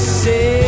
say